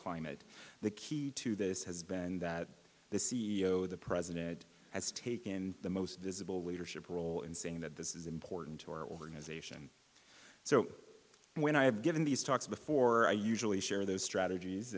climate the key to this has been that the c e o the president has taken the most visible leadership role in saying that this is important to our organization so when i've given these talks before i usually share those strategies